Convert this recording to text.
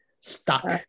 stuck